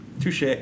Touche